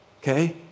okay